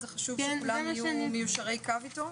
זה חשוב שכולם יהיו מיושרי קו איתו.